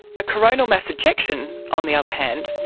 a coronal mass ejection, on the other hand,